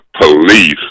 police